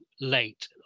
late